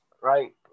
right